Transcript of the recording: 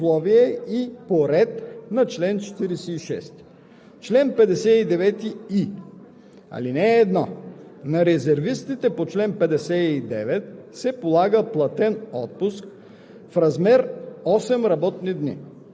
има право на парично обезщетение от държавата за времето, през което резервистът е бил на срочна служба в доброволния резерв, при условията и по реда на чл. 46. Чл. 59и.